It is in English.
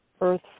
earth